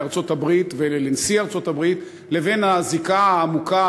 לארצות-הברית ולנשיא ארצות-הברית לבין הזיקה העמוקה,